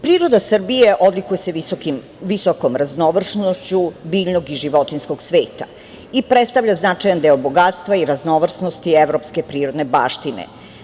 Priroda Srbije odlikuje se visokom raznovrsnošću biljnog i životinjskog sveta i predstavlja značajan deo bogatstva i raznovrsnosti evropske prirodne baštine.